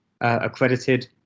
accredited